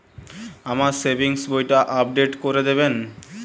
আমার সেভিংস বইটা আপডেট করে দেবেন?